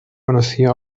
conoció